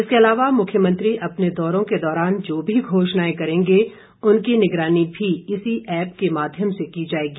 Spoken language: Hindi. इसके अलावा मुख्यमंत्री अपने दौरों के दौरान जो भी घोषणाएं करेंगे उनकी निगरानी भी इसी ऐप के माध्यम से की जाएगी